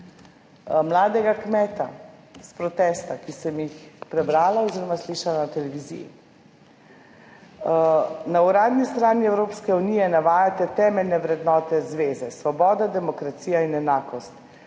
mladega kmeta s protesta, ki sem jih prebrala oziroma slišala na televiziji: »Na uradni strani Evropske unije navajate temeljne vrednote zveze: svoboda, demokracija in enakost,